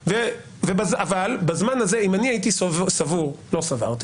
אבל בזמן הזה, אם אני הייתי סבור לא סברתי